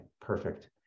perfect